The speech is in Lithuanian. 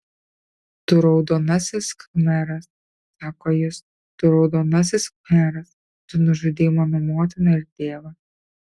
tu raudonasis khmeras sako jis tu raudonasis khmeras tu nužudei mano motiną ir tėvą